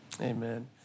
amen